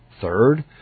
Third